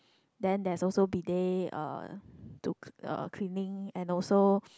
then there's also bidet uh to uh cleaning and also